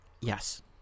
Yes